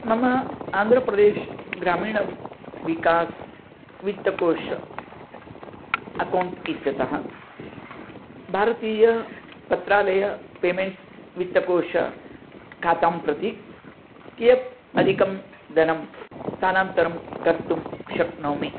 मम आन्ध्रप्रदेश् ग्रामीण विकास् वित्तकोश अकौण्ट् इत्यतः भारतीयपत्रालय पेमेण्ट्स् वित्तकोशखातां प्रति कियत् अधिकं धनं स्थानान्तरं कर्तुं शक्नोमि